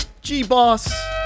G-Boss